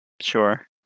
Sure